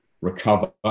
recover